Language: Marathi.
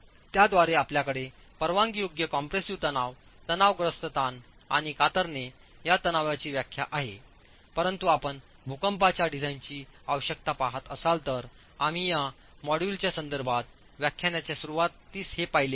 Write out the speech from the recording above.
त्याद्वारे आपल्याकडे परवानगीयोग्य कॉम्पॅरेसीव्ह तणाव तणावग्रस्त ताण आणि कातरणे या तणावांची व्याख्या आहे परंतु आपण भूकंपाच्या डिझाइनची आवश्यकता पाहत असाल तर आम्ही या मॉड्यूलच्या संदर्भात व्याख्यानाच्या सुरूवातीस हे पाहिले आहे